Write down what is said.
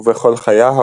ובכל-חיה,